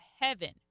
heaven